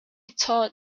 thought